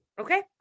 Okay